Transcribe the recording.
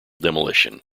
demolition